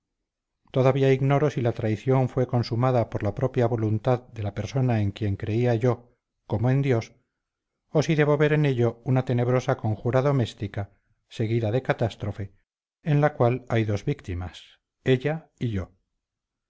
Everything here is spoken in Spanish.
todavía ignoro si la traición fue consumada por la propia voluntad de la persona en quien creía yo como en dios o si debo ver en ello una tenebrosa conjura doméstica seguida de catástrofe en la cual hay dos víctimas ella y yo